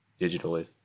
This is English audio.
digitally